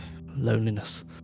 loneliness